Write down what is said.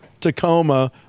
Tacoma